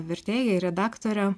vertėja ir redaktorė